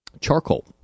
charcoal